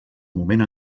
moment